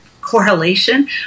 correlation